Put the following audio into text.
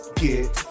get